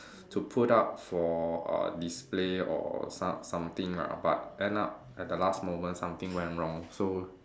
to put up for uh display or some something lah but end up at the last moment something went wrong so